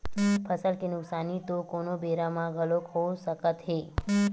फसल के नुकसानी तो कोनो बेरा म घलोक हो सकत हे